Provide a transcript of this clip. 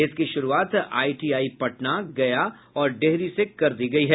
इसकी शुरूआत आईटीआई पटना गया और डेहरी से कर दी गयी है